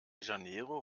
janeiro